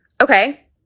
Okay